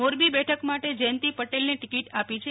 મોરબી બેઠક માટે જયંતિ પટેલને ટિકિટ આપી છે